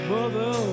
Mother